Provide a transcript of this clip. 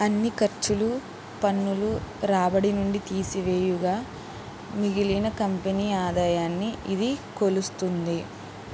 అన్ని ఖర్చులు పన్నులు రాబడి నుండి తీసివేయుగా మిగిలిన కంపెనీ ఆదాయాన్ని ఇది కొలుస్తుంది